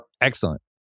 Excellent